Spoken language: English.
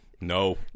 No